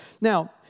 Now